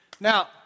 Now